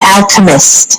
alchemist